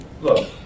Look